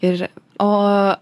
ir o